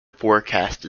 forecast